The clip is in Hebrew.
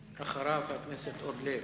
אחריו, חבר הכנסת זבולון אורלב.